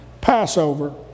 Passover